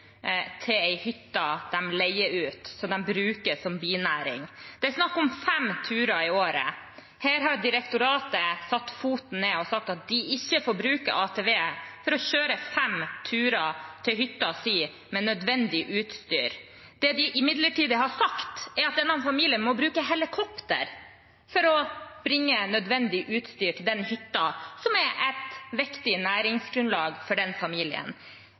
til en hytte de leier ut, som de bruker som binæring. Det er snakk om fem turer i året. Her har direktoratet satt foten ned og sagt at de ikke får bruke ATV for å kjøre fem turer til hytta si med nødvendig utstyr. Det de imidlertid har sagt, er at denne familien må bruke helikopter for å bringe nødvendig utstyr til den hytta, som er et viktig næringsgrunnlag for familien.